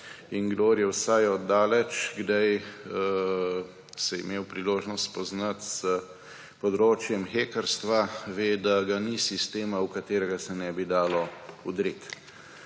je kdaj vsaj od daleč imel priložnost spoznati s področjem hekerstva, ve, da ga ni sistema, v katerega se ne bi dalo vdreti.